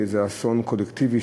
לאיזה אסון קולקטיבי,